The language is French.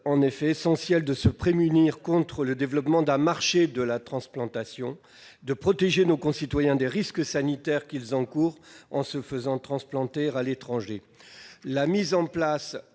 en effet essentiel de se prémunir contre le développement d'un marché de la transplantation, de protéger nos concitoyens des risques sanitaires qu'ils encourent en recourant à une transplantation à l'étranger. La mise en place